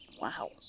Wow